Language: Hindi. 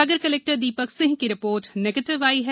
सागर कलेक्टर दीपक सिंह की रिपोर्ट नेगेटिव आई है